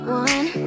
one